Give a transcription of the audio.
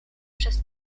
przez